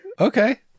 Okay